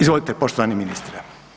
Izvolite poštovani ministre.